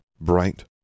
bright